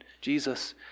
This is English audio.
Jesus